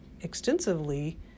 extensively